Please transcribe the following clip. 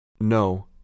No